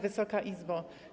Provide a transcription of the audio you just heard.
Wysoka Izbo!